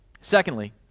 Secondly